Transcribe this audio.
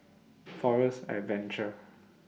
Forest Adventure